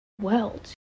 World